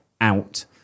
out